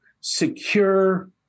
secure